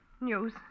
News